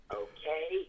okay